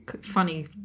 funny